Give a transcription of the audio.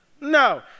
No